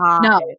no